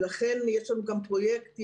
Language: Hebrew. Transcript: לכן יש לנו גם פרויקטים,